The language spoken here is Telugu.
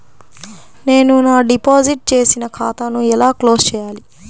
నేను నా డిపాజిట్ చేసిన ఖాతాను ఎలా క్లోజ్ చేయాలి?